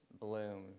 bloom